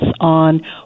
on